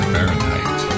Fahrenheit